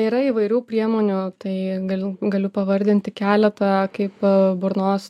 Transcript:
yra įvairių priemonių tai galiu galiu pavardinti keletą kaip burnos